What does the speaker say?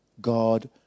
God